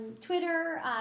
twitter